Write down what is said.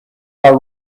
are